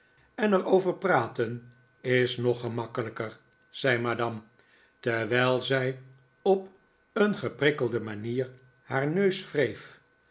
en er over praten is nog gemakkelijker zei madame terwijl zij op een geprikkelde manier haar neus wreef